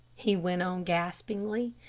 he went on, gaspingly,